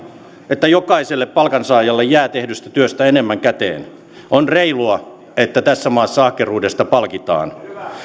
että jokaiselle palkansaajalle jää tehdystä työstä enemmän käteen on reilua että tässä maassa ahkeruudesta palkitaan